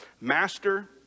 Master